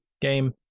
game